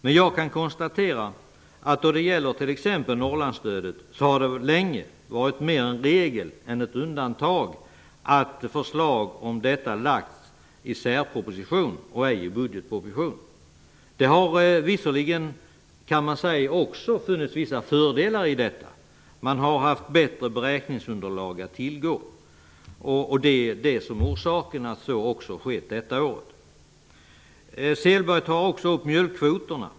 Men jag kan konstatera att det när det gäller t.ex. Norrlandsstödet länge har varit mer en regel än ett undantag att förslag om detta framlagts i särproposition och ej i budgetpropositionen. Det har visserligen, kan man säga, också funnits vissa fördelar med detta. Man har haft bättre beräkningsunderlag att tillgå. Det är det som är orsaken till att så har skett också detta år. Åke Selberg berörde mjölkkvoterna.